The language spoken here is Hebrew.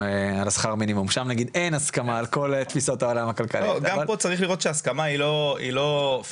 גם פה צריך לראות שההסכמה היא אמיתית.